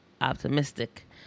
optimistic